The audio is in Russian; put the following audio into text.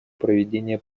проведения